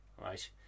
Right